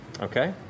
Okay